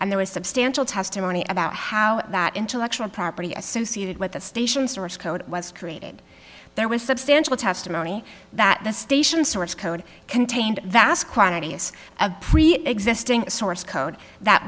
and there was substantial testimony about how that intellectual property associated with the station source code was created there was substantial testimony that the station source code contained vast quantities of preexisting source code that